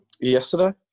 Yesterday